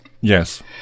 Yes